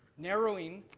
narrowing